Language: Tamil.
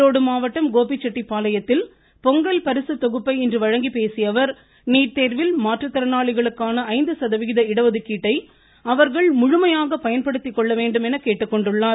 ஈரோடு மாவட்டம் கோபிச்செட்டிப்பாளையத்தில் பொங்கல் பரிசுத்தொகுப்பை இன்று வழங்கிப் பேசியஅவர் நீட் தேர்வில் மாற்றுத்திறனாளிகளுக்கான சதவிகித இடஒதுக்கீடை அவர்கள் முழுமையாக பயன்படுத்திக்கொள்ள வேண்டும் என்று கேட்டுக்கொண்டார்